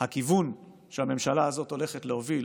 הכיוון שהממשלה הזאת הולכת להוביל